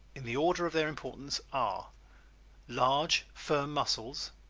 in the order of their importance, are large, firm muscles,